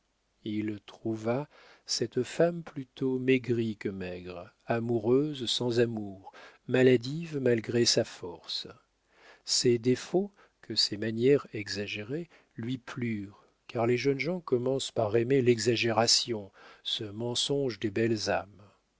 il trouva cette femme plutôt maigrie que maigre amoureuse sans amour maladive malgré sa force ses défauts que ses manières exagéraient lui plurent car les jeunes gens commencent par aimer l'exagération ce mensonge des belles âmes